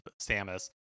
Samus